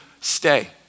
stay